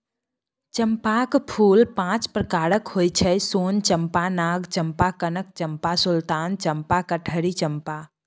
चंपाक फूल पांच प्रकारक होइ छै सोन चंपा, नाग चंपा, कनक चंपा, सुल्तान चंपा, कटहरी चंपा